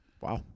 Wow